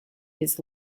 his